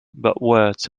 words